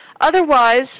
Otherwise